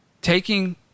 taking